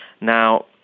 now